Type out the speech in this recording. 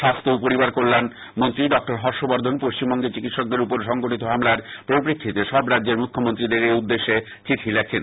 স্বাস্থ্য ও পরিবার কল্যাণমন্ত্রী ড হর্ষ বর্ধন পশ্চিমবঙ্গে চিকিৎসকদের উপর সংঘটিত হামলার পরিপ্রেক্ষিতে সব রাজ্যের মুখ্যমন্ত্রীদের এই উদ্দেশ্যে চিঠি লেখেন